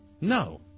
No